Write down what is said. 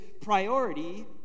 priority